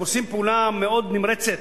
הם עושים פעולה מאוד נמרצת,